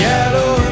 Yellow